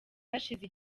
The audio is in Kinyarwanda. hashize